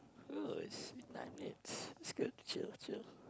oh is nah I mean it's good chill chill